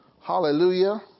Hallelujah